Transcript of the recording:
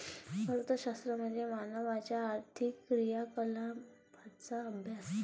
अर्थशास्त्र म्हणजे मानवाच्या आर्थिक क्रियाकलापांचा अभ्यास